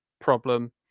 problem